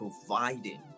providing